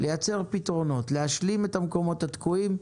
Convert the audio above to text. לייצר פתרונות, להשלים את המקומות התקועים.